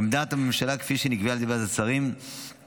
עמדת הממשלה כפי שנקבעה על ידי ועדת שרים היא לתמוך,